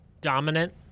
dominant